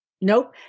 nope